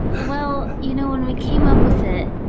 well, you know when we came up with it,